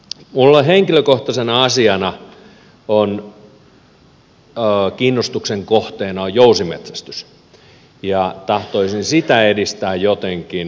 minulla henkilökohtaisena asiana kiinnostuksen kohteena on jousimetsästys ja tahtoisin sitä edistää jotenkin